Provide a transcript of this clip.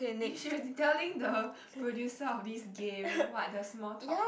you should be telling the producer of this game what the small talk